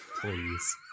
Please